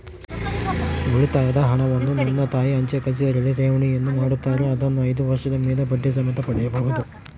ಉಳಿತಾಯದ ಹಣವನ್ನು ನನ್ನ ತಾಯಿ ಅಂಚೆಕಚೇರಿಯಲ್ಲಿ ಠೇವಣಿಯನ್ನು ಮಾಡುತ್ತಾರೆ, ಅದನ್ನು ಐದು ವರ್ಷದ ಮೇಲೆ ಬಡ್ಡಿ ಸಮೇತ ಪಡೆಯಬಹುದು